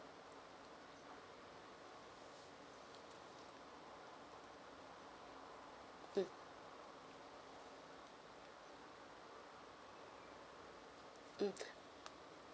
mm mm